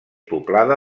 poblada